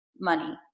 money